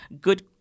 good